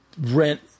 rent